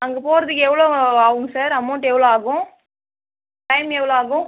அங்கே போகிறதுக்கு எவ்வளோ ஆகுங்க சார் அமௌண்ட் எவ்வளோ ஆகும் டைம் எவ்வளோ ஆகும்